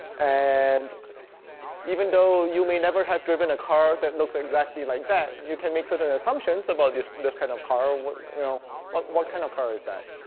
and even though you may never have driven a car that looks exactly like that, you can make certain assumptions about this this kind of car. what you know what kind of car is that?